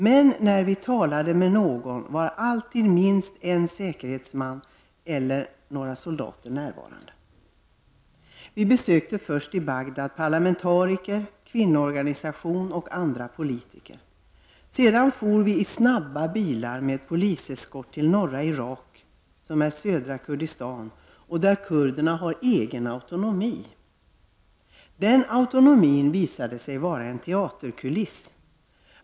Men när vi talade med någon var alltid minst en säkerhetsman eller några soldater närvarande. I Bagdad besökte vi först parlamentariker, andra politiker och en kvinnoorganisation. Sedan for vi i snabba bilar med poliseskort till norra Irak — södra Kurdistan — där kurderna har egen ”autonomi”. Den autonomin visade sig vara en teaterkuliss.